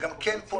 שגם כן פונה.